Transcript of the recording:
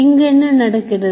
இங்கு என்ன நடக்கிறது